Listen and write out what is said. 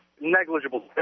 negligible